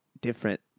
different